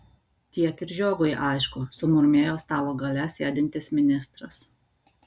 tiek ir žiogui aišku sumurmėjo stalo gale sėdintis ministras